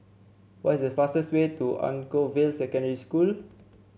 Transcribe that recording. what is the fastest way to Anchorvale Secondary School